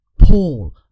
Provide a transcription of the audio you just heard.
Paul